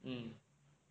mm